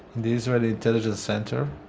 the israeli intelligence center.